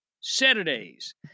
Saturdays